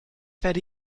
werde